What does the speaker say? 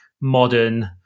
modern